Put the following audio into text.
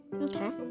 Okay